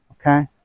okay